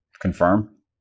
Confirm